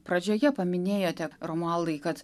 pradžioje paminėjote romualdai kad